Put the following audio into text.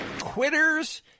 Quitters